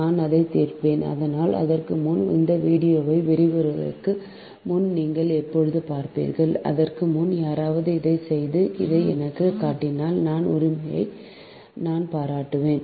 நான் அதை தீர்ப்பேன் ஆனால் அதற்கு முன் அந்த வீடியோ விரிவுரைக்கு முன் நீங்கள் எப்போது பார்ப்பீர்கள் அதற்கு முன் யாராவது அதைச் செய்து இதை எனக்குக் காட்டினால் அந்த உரிமையை நான் பாராட்டுவேன்